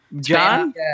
John